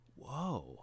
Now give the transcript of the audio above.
Whoa